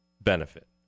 benefit